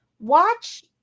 watch